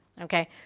Okay